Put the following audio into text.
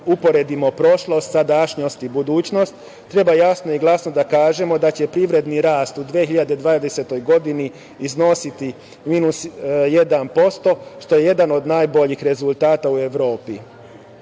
uporedimo prošlost, sadašnjost i budućnost. Treba jasno i glasno da kažemo da će privredni rast u 2020. godini iznositi minus 1%, što je jedan od najboljih rezultata u Evropi.